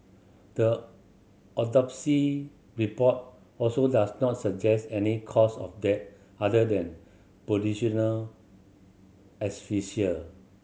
the autopsy report also does not suggest any cause of death other than positional asphyxia